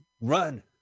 Run